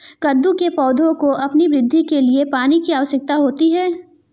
कद्दू के पौधों को अपनी वृद्धि के लिए पानी की आवश्यकता होती है